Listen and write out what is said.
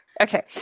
Okay